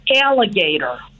Alligator